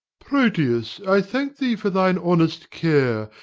proteus, i thank thee for thine honest care,